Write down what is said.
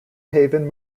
haven